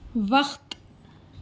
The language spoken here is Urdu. وقت